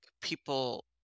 people